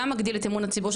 גם מגדיל את אמון הציבור,